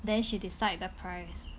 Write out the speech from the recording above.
then she decide the price